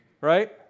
right